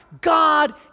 God